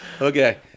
Okay